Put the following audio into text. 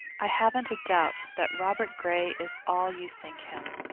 i haven't a doubt that robert gray is all you think him,